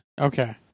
Okay